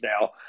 now